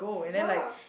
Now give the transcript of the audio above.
ya